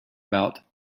about